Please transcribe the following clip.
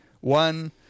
One